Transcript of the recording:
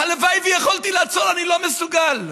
הלוואי שיכולתי לעצור, אני לא מסוגל.